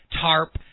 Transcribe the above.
TARP